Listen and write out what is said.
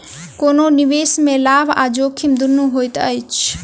कोनो निवेश में लाभ आ जोखिम दुनू होइत अछि